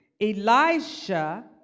Elisha